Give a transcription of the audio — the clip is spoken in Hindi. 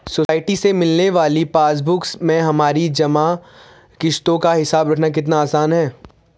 सोसाइटी से मिलने वाली पासबुक में हमारी जमा किश्तों का हिसाब रखना कितना आसान है